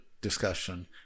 discussion